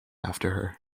after